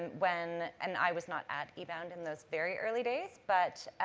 when, and i was not at ebound in those very early days. but,